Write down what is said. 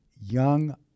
young